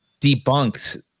debunks